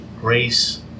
grace